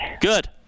Good